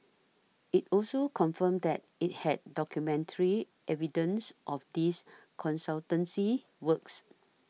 it also confirmed that it had documentary evidence of these consultancy works